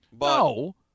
No